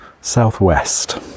Southwest